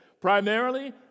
primarily